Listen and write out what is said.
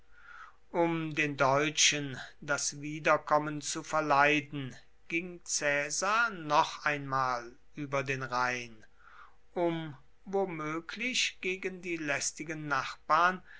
um den deutschen das wiederkommen zu verleiden ging caesar noch einmal über den rhein um womöglich gegen die lästigen nachbarn